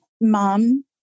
mom